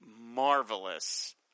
marvelous